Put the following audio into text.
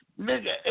nigga